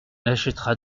achèteras